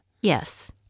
Yes